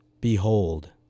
Behold